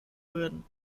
würden